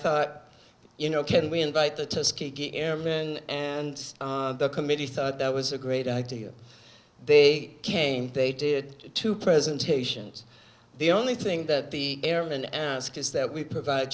thought you know can we invite the tuskegee airmen and the committee thought that was a great idea they came they did two presentations the only thing that the chairman asked is that we provide